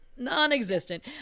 Non-existent